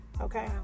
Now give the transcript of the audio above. Okay